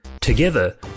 Together